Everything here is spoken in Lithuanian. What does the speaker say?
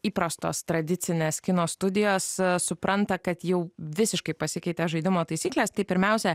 įprastos tradicinės kino studijos supranta kad jau visiškai pasikeitė žaidimo taisykles tai pirmiausia